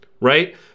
right